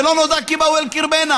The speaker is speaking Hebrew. "ולא נודע כי באו אל קרבנה".